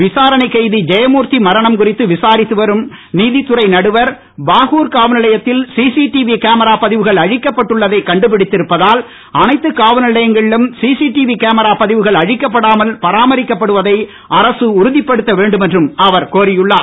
விசாரணைக் கைதி ஜெயமூர்த்தி மரணம் குறித்து விசாரத்து வரும் நீதித்துறை நடுவர் பாகூர் காவல்நிலையத்தில் சிசிடிவி கேமரா பதிவுகள் அழிக்கப்பட்டுள்ளதை கண்டுபிடித்திருப்பதால் அனைத்து காவல் நிலையங்களிலும் சிசிடிவி கேமரா பதிவுகள் அழிக்கப்படாமல் பராமரிக்கப் படுவதை அரச உறுதிப்படுத்த வேண்டும் என்றும் அவர் கோரியுள்ளார்